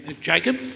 Jacob